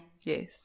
Yes